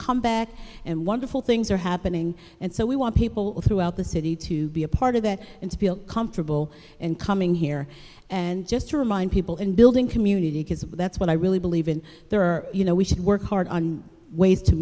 comeback and wonderful things are happening and so we want people throughout the city to be a part of that and to feel comfortable in coming here and just to remind people and building community because that's what i really believe in there are you know we should work hard on ways to